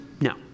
no